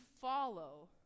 follow